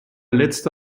letzte